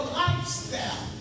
lifestyle